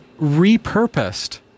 repurposed